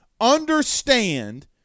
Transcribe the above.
understand